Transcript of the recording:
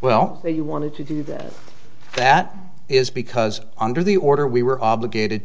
well you wanted to do that that is because under the order we were obligated